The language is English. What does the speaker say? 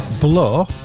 Blow